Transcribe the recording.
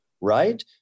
right